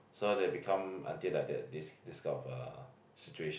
so they become until like that this this kind of uh situation